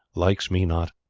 likes me not.